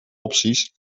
opties